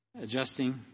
adjusting